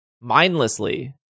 mindlessly